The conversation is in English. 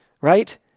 right